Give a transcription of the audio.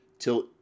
till